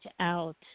out